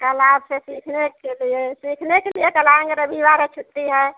कल आपसे सीखने के लिए सीखने के लिए कल आएंगे रविवार है छुट्टी है